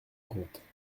comptes